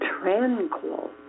tranquil